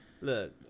Look